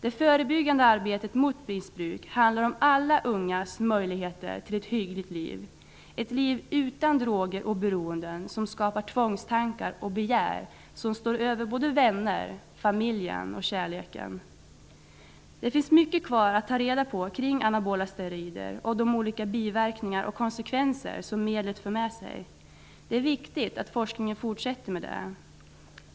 Det förebyggande arbetet mot missbruk handlar om alla ungas möjligheter till ett hyggligt liv, ett liv utan droger och beroenden som skapar tvångstankar och begär som står över vänner, familjen och kärleken. Det finns mycket kvar att ta reda på kring anabola steroider och de olika biverkningar och konsekvenser som medlet för med sig. Det är viktigt att forskningen fortsätter med det.